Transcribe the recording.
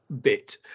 bit